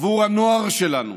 עבור הנוער שלנו,